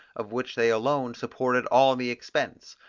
of which they alone supported all the expense,